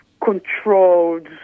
controlled